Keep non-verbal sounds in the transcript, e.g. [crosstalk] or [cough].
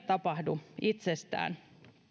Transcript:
[unintelligible] tapahdu itsestään